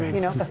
you know?